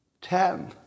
Ten